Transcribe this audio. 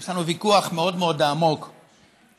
יש לנו ויכוח מאוד מאוד עמוק בין